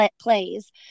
plays